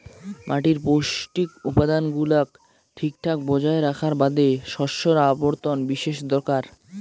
মাটির পৌষ্টিক উপাদান গুলাক ঠিকঠাক বজায় রাখার বাদে শস্যর আবর্তন বিশেষ দরকার